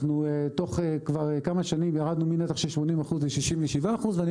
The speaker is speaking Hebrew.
אנחנו תוך כמה שנים ירדנו מנפח של 80% ל-67% ואני